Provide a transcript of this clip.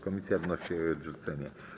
Komisja wnosi o jej odrzucenie.